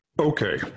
Okay